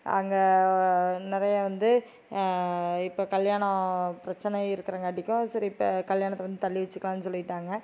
அங்கே நிறைய வந்து இப்போ கல்யாணம் பிரச்சனை இருக்கிறங்காட்டிக்கும் சரி இப்போ கல்யாணத்தை வந்து தள்ளி வச்சுக்கலானு சொல்லிவிட்டாங்க